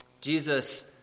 Jesus